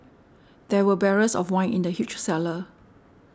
there were barrels of wine in the huge cellar